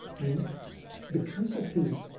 and because of the